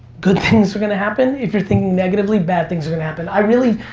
good things are gonna happen. if you're thinking negatively, bad things are gonna happen. i really,